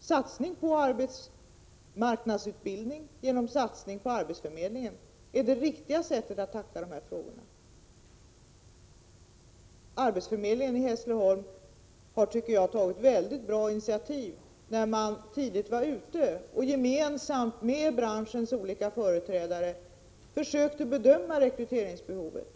satsning på arbetsmarknadsutbildningen och på arbetsförmedlingen är det riktiga sättet att tackla dessa frågor. Arbetsförmedlingen i Hässleholm har tagit ett mycket bra initiativ när man tidigt var ute och gemensamt med branschens olika företrädare försökte bedöma rekryteringsbehovet.